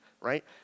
right